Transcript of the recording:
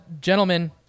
gentlemen